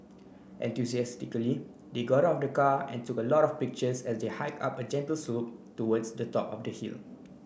enthusiastically they got out of the car and took a lot of pictures as they hike up a gentle slope towards the top of the hill